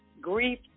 grief